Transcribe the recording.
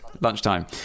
Lunchtime